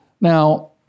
Now